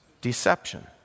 deception